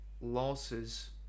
losses